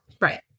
Right